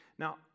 Now